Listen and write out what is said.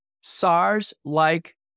SARS-like